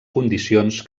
condicions